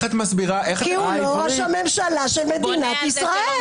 כי הוא לא ראש הממשלה של מדינת ישראל.